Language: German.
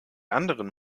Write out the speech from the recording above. anderen